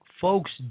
Folks